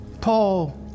Paul